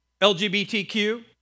LGBTQ